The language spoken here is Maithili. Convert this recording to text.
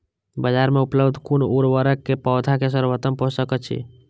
बाजार में उपलब्ध कुन उर्वरक पौधा के सर्वोत्तम पोषक अछि?